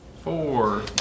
Four